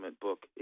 book